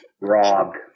Robbed